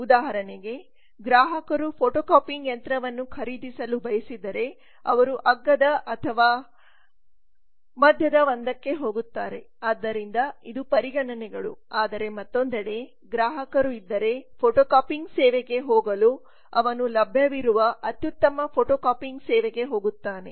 ಉದಾಹರಣೆಗೆ ಗ್ರಾಹಕರು ಫೋಟೊಕಾಪಿಂಗ್ ಯಂತ್ರವನ್ನು ಖರೀದಿಸಲು ಬಯಸಿದರೆ ಅವರು ಅಗ್ಗದ ಅಥವಾ ಸಾಲಿನ ಮಧ್ಯದ0637 ಒಂದಕ್ಕೆ ಹೋಗುತ್ತಾರೆ ಆದ್ದರಿಂದ ಇದು ಪರಿಗಣನೆಗಳು ಆದರೆ ಮತ್ತೊಂದೆಡೆ ಗ್ರಾಹಕರು ಇದ್ದರೆ ಫೋಟೊಕಾಪಿಂಗ್ ಸೇವೆಗೆ ಹೋಗಲು ಅವನು ಲಭ್ಯವಿರುವ ಅತ್ಯುತ್ತಮ ಫೋಟೊಕಾಪಿಂಗ್ ಸೇವೆಗೆ ಹೋಗುತ್ತಾನೆ